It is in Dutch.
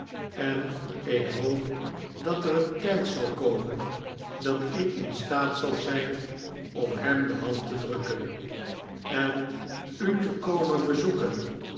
en ik hoop dat er een tijd zal komen dat ik in staat zal zijn om hem de hand te drukken en u te komen bezoeken